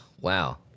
wow